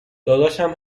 داداشم